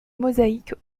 mosaïques